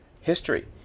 history